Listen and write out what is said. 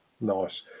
Nice